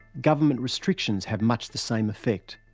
government restrictions have much the same effect.